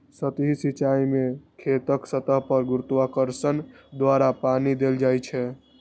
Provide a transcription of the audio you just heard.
सतही सिंचाइ मे खेतक सतह पर गुरुत्वाकर्षण द्वारा पानि देल जाइ छै